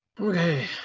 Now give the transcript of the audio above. Okay